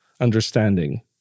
understanding